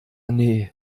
nee